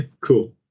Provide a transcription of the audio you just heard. Cool